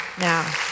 now